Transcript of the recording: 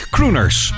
Crooners